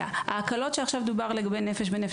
ההקלות שדובר עליהן עכשיו לגבי "נפש בנפש",